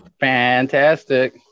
Fantastic